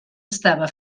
estava